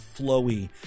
flowy